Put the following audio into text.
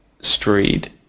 street